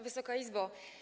Wysoka Izbo!